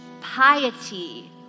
piety